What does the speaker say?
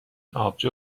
آبجو